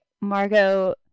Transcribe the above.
Margot